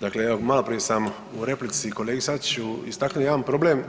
Dakle, evo malo prije sam u replici kolegi Sačiću istaknuo jedan problem